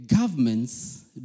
governments